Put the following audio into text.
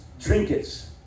trinkets